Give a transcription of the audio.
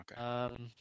Okay